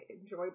enjoy